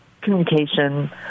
communication